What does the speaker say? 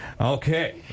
okay